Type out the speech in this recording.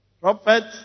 Prophets